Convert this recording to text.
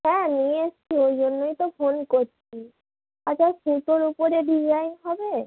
হ্যাঁ নিয়ে এসছি ওই জন্যই তো ফোন করছি আচ্ছা সুতোর উপরে ডিজাইন হবে